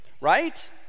right